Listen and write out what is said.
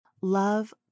love